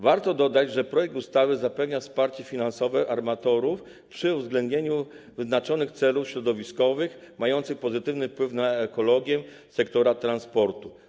Warto dodać, że w projektowanej ustawie zapewnia się wsparcie finansowe armatorów przy uwzględnieniu wyznaczonych celów środowiskowych mających pozytywny wpływ na ekologię sektora transportu.